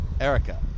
Erica